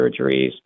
surgeries